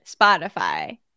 Spotify